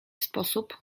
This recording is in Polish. sposób